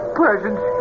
presence